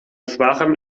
schwachem